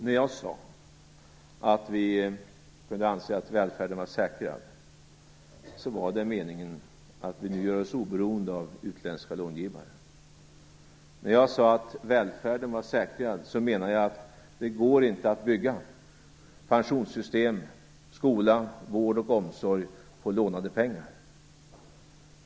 När jag sade att vi kunde anse att välfärden var säkrad var meningen att vi nu gör oss oberoende av utländska långivare. När jag sade att välfärden var säkrad menade jag att det inte går att bygga pensionssystem, skola, vård och omsorg på lånade pengar.